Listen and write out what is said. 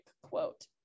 quote